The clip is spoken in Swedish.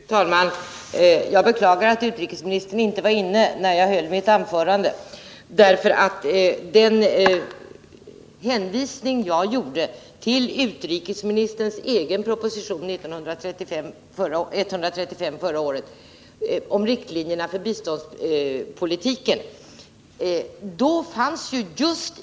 Fru talman! Jag beklagar att utrikesministern inte var inne när jag höll mitt anförande. Jag hänvisade till utrikesministerns egen proposition nr 135 förra året om riktlinjerna för biståndspolitiken.